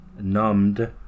numbed